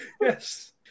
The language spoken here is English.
Yes